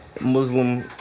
Muslim